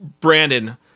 Brandon